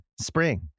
Spring